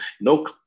no